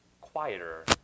quieter